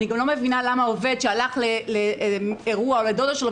אני לא מבינה למה עובד שהלך לאירוע או לדודה שלו,